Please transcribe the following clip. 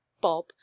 Bob